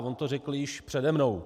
On to řekl již přede mnou.